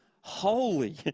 holy